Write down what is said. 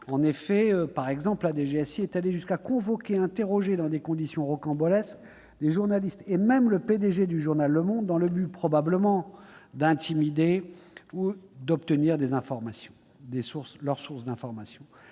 intérieure, la DGSI, est allée jusqu'à convoquer et interroger dans des conditions rocambolesques des journalistes et même le PDG du journal, dans le but probablement d'intimider et d'obtenir leurs sources d'information.